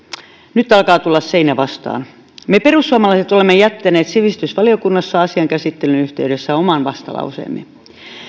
nyt alkaa tulla seinä vastaan me perussuomalaiset olemme jättäneet sivistysvaliokunnassa asian käsittelyn yhteydessä oman vastalauseemme